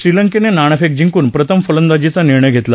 श्रीलंकेनं नाणेफेक जिंकून प्रथम फलदांजीचा निर्णय घेतला